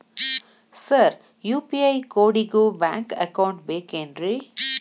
Sir UPI ಕೋಡಿಗೂ bank account ಬೇಕೆನ್ರಿ?